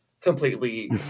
completely